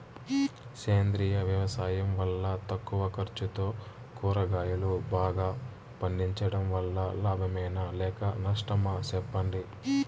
సేంద్రియ వ్యవసాయం వల్ల తక్కువ ఖర్చుతో కూరగాయలు బాగా పండించడం వల్ల లాభమేనా లేక నష్టమా సెప్పండి